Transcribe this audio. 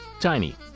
tiny